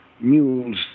mules